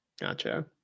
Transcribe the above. gotcha